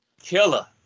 Killer